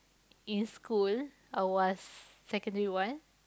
in school I was secondary one